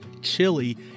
chili